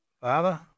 father